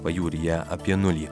pajūryje apie nulį